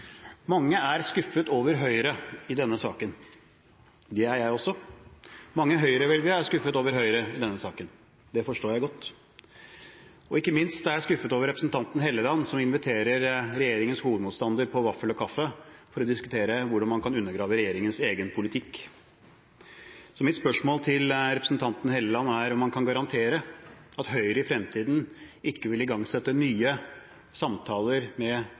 Mange er skuffet over Høyre i denne saken. Det er jeg også. Mange Høyre-velgere er skuffet over Høyre i denne saken. Det forstår jeg godt. Ikke minst er jeg skuffet over representanten Helleland, som inviterer regjeringens hovedmotstander på vaffel og kaffe for å diskutere hvordan man kan undergrave regjeringens egen politikk. Så mitt spørsmål til representanten Helleland er om han kan garantere at Høyre i fremtiden ikke vil igangsette nye samtaler med